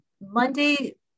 Monday